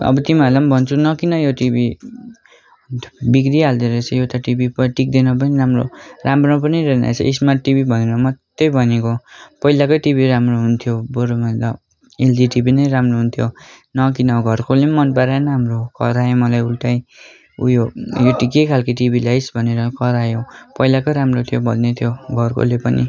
अब तिमीहरूलाई पनि भन्छु नकिन यो टिभी बिग्रिहाल्दोरहेछ यो त टिभी प टिक्दैन पनि राम्रो राम्रो पनि छैन रहेछ स्मार्ट टिभी भनेर मात्रै भनेको पहिलाकै टिभी राम्रो हुन्थ्यो बरुभन्दा एल जी टिभी नै राम्रो हुन्थ्यो नकिन घरकोले पनि मन पराएन हाम्रो करायो मलाई उल्टै उयो यो त के खालको टिभी ल्याइस् भनेर करायो पहिलाकै राम्रो थियो भन्दैथ्यो घरकोले पनि